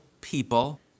people